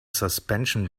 suspension